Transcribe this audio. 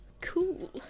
Cool